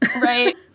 right